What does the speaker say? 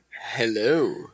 Hello